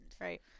Right